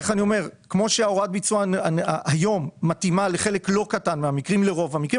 היום הוראת הביצוע מתאימה לרוב המקרים,